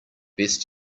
best